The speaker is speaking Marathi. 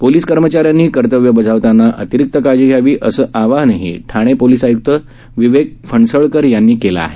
पोलिस कर्मचाऱ्यांनी कर्तव्य बजावताना अतिरिक्त काळजी घ्यावी असं आवाहन ठाणे पोलीस आय्क्त विवेक फणसळकर यांनी केलं आहे